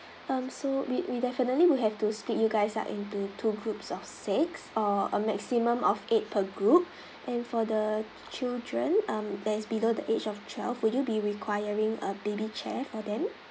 um so we we definitely will have to split you guys up into two groups of six or a maximum of eight per group and for the children um that is below the age of twelve would you be requiring a baby chair for them